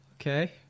okay